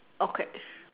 okay